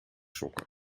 sokken